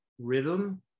rhythm